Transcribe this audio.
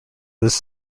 this